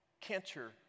cancer